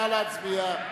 נא להצביע.